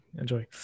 enjoy